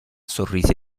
sorrise